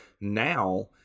Now